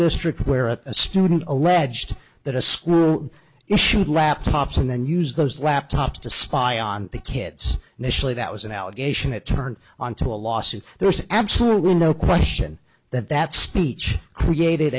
district where a student alleged that a school issued laptops and then used those laptops to spy on the kids initially that was an allegation it turned on to a lawsuit there's absolutely no question that that speech created